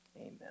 amen